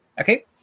Okay